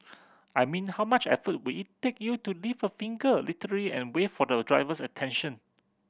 I mean how much effort would it take you to lift a finger literal and wave for the driver's attention